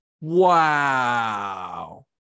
Wow